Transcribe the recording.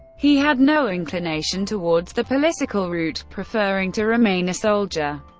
he had no inclination towards the political route, preferring to remain a soldier.